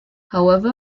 however